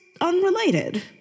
unrelated